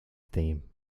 theme